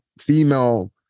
female